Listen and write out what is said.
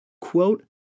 quote